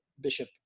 Bishop